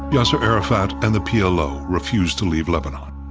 yasser arafat and the p l o. refuse to leave lebanon.